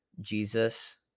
Jesus